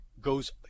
goes –